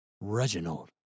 Reginald